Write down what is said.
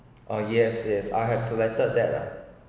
ah yes yes I have selected that lah